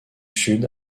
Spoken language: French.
sud